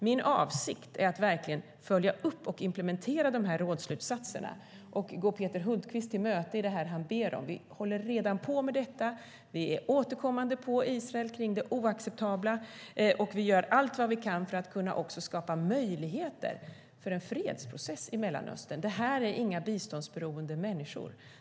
Min avsikt är att verkligen följa upp och implementera dessa rådsslutsatser och gå Peter Hultqvist till mötes i det han ber om. Vi håller redan på med detta. Vi är återkommande på Israel kring det oacceptabla, och vi gör allt vi kan för att skapa möjligheter för en fredsprocess i Mellanöstern. Detta är inga biståndsberoende människor.